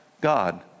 God